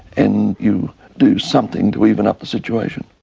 and you do something to even up the situation.